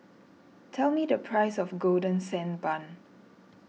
tell me the price of Golden Sand Bun